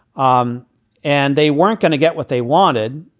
um and they weren't going to get what they wanted.